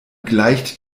gleicht